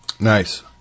Nice